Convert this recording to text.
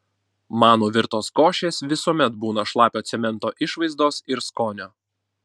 mano virtos košės visuomet būna šlapio cemento išvaizdos ir skonio